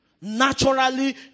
Naturally